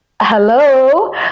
hello